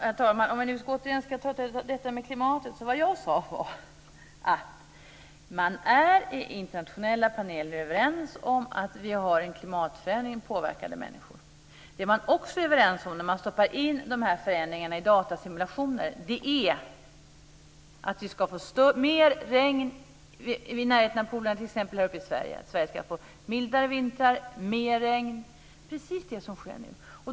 Herr talman! Om vi nu återigen ska tala om klimatet vill jag påpeka att jag sade att man i internationella paneler är överens om att vi har en klimatförändring som är påverkad av människor. När man stoppar in de här förändringarna i datasimulatorer visar det att vi ska få mer regn i närheten polerna, t.ex. här i Sverige. Sverige ska få mildare vintrar och mer regn. Det är precis det som sker nu.